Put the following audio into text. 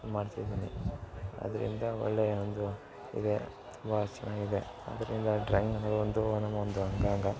ಮಾಡ್ತಿದ್ದೀನಿ ಅದರಿಂದ ಒಳ್ಳೆಯ ಒಂದು ಇದೆ ವಾ ಚೆನ್ನಾಗಿದೆ ಅದರಿಂದ ಡ್ರಾಯಿಂಗ್ ಅನ್ನೋದು ಒಂದು ನಮ್ಮ ಒಂದು ಅಂಗಾಂಗ